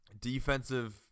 defensive